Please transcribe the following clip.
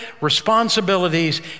responsibilities